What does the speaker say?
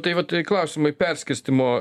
tai vat klausimai perskirstymo